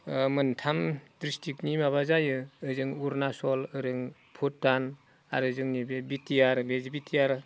मोनथाम ड्रिस्टिकनि माबा जायो ओजों अरुनाचल ओजों भुटान आरो जोंनि बे बिटिआर बे बिटिआर